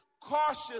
Cautious